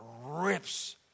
rips